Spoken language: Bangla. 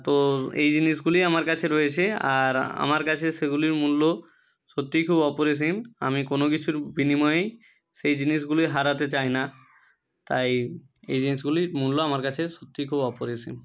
তো এই জিনিসগুলি আমার কাছে রয়েছে আর আমার কাছে সেগুলির মূল্য সত্যি খুব অপরিসীম আমি কোনো কিছুর বিনিময়েই সেই জিনিসগুলি হারাতে চাই না তাই এই জিনিসগুলির মূল্য আমার কাছে সত্যি খুব অপরিসীম